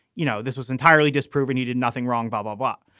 you know, this was entirely disproven. you did nothing wrong, bob. bob,